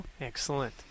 Excellent